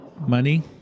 Money